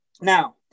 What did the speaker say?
now